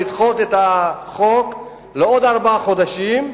החליטה לדחות את החוק עוד בארבעה חודשים,